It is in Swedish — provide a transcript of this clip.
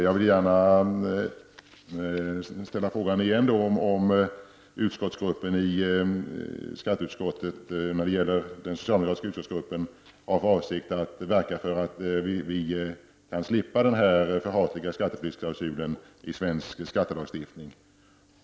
Jag vill gärna ställa frågan igen om den socialdemokratiska gruppen i skatteutskottet har för avsikt att verka för att vi slipper denna förhatliga skattetilläggsklausul i svensk lagstiftning.